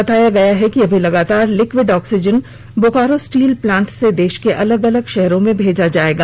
बताया गया है कि अभी लगातार liquid oxygen Bokaro steel plant से देश के अलग अलग शहरों में भेजा जाएगा